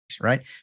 right